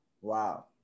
Wow